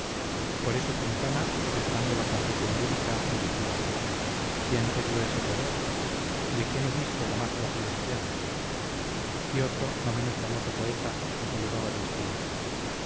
por eso quintana afectando la confusión lírica le decía y otro no menos famoso poeta la saludaba de este modo